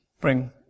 bring